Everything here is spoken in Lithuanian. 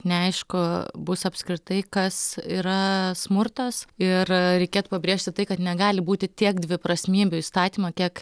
neaišku bus apskritai kas yra smurtas ir reikėtų pabrėžti tai kad negali būti tiek dviprasmybių įstatyme kiek